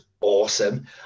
awesome